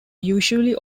usually